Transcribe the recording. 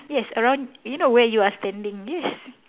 yes around you know where you are standing yes